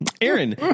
Aaron